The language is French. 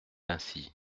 ainsi